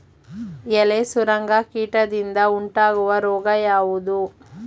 ಎಲೆ ಸುರಂಗ ಕೀಟದಿಂದ ಉಂಟಾಗುವ ರೋಗ ಯಾವುದು?